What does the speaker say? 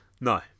no